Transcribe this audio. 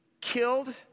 killed